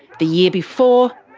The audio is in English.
the year before,